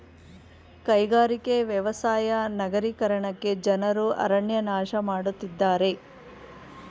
ಕೈಗಾರಿಕೆ, ವ್ಯವಸಾಯ ನಗರೀಕರಣಕ್ಕೆ ಜನರು ಅರಣ್ಯ ನಾಶ ಮಾಡತ್ತಿದ್ದಾರೆ